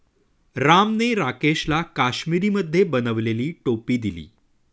रामने राकेशला काश्मिरीमध्ये बनवलेली टोपी दिली